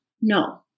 No